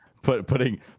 putting